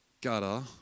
gutter